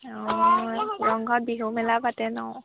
অঁ ৰংঘৰত বিহু মেলা পাতে ন